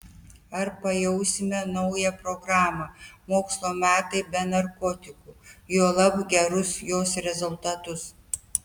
ar pajausime naują programą mokslo metai be narkotikų juolab gerus jos rezultatus